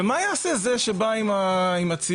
ומה יעשה זה שבא עם הציוד?